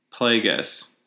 Plagueis